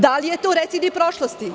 Da li je to recidiv prošlosti?